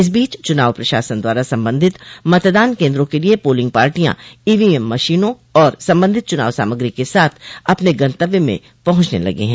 इस बीच चुनाव प्रशासन द्वारा संबंधित मतदान केन्द्रों के लिये पोलिंग पार्टियां ईवीएम मशीनों और संबंधित चुनाव सामग्री के साथ अपने गंतव्य में पहुंचने लगे हैं